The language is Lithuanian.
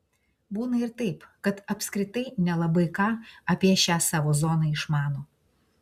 būna ir taip kad apskritai nelabai ką apie šią savo zoną išmano